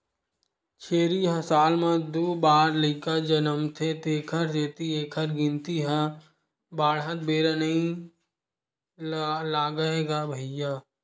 छेरी ह साल म दू बार लइका जनमथे तेखर सेती एखर गिनती ह बाड़हत बेरा नइ लागय गा भइया